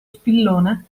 spillone